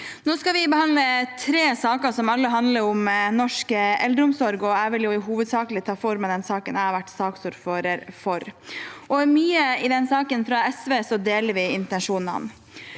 Nå skal vi behandle tre saker som alle handler om norsk eldreomsorg, og jeg vil hovedsakelig ta for meg den saken jeg har vært saksordfører for. I mye av saken fra SV deler vi intensjonene.